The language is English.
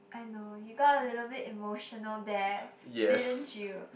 I know you got a little bit emotional there didn't you